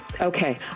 Okay